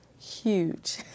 huge